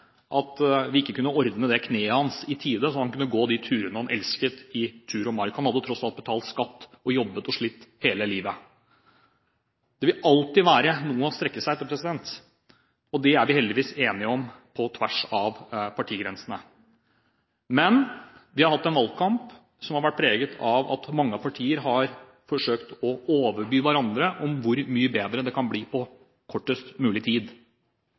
at vi ikke kunne ordne det kneet hans i tide, så han kunne gå de turene han elsket i skog og mark. Han hadde tross alt betalt skatt og jobbet og slitt hele livet. Det vil alltid være noe å strekke seg etter, og det er vi heldigvis enige om på tvers av partigrensene. Men vi har hatt en valgkamp som har vært preget av at mange partier har forsøkt å overby hverandre om hvor mye bedre det kan bli på kortest mulig tid.